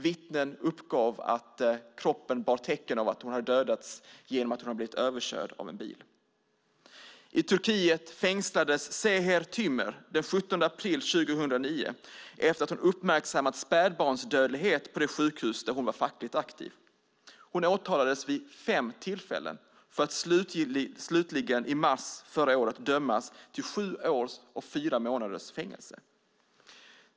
Vittnen uppgav att kroppen bar tecken på att hon hade dödats genom att hon hade blivit överkörd av en bil. I Turkiet fängslades Seher Tümer den 17 april 2009 efter att hon hade uppmärksammat spädbarnsdödligheten på det sjukhus där hon var fackligt aktiv. Hon åtalades vid fem tillfällen för att slutligen i mars förra året dömdas till sju år och fyra månaders fängelse.